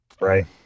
Right